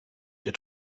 der